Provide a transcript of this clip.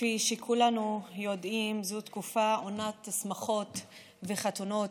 כפי שכולנו יודעים, זו עונת השמחות והחתונות.